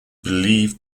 believed